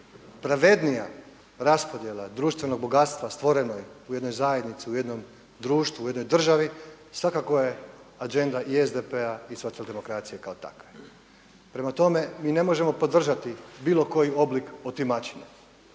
Pravednija raspodjela društvenog bogatstva stvoreno je u jednoj zajednici, u jednom društvu u jednoj državi svakako je agenda i SDP-a i socijaldemokracije kao takve. Prema tome, mi ne možemo podržati bilo koji oblik otimačine,